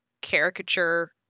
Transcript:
caricature